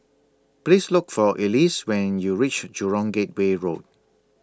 Please Look For Elyse when YOU REACH Jurong Gateway Road